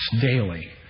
daily